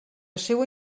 seua